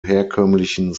herkömmlichen